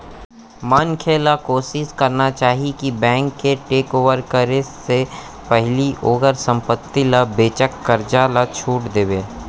मनखे ल कोसिस करना चाही कि बेंक के टेकओवर करे के पहिली ओहर संपत्ति ल बेचके करजा ल छुट देवय